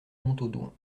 montaudoin